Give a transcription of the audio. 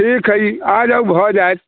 ठीक हइ आ जाउ भऽ जाइत